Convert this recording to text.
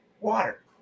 water